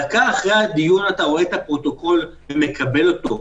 דקה אחרי הדיון אתה רואה את הפרוטוקול ומקבל אותו.